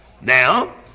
Now